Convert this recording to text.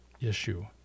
issue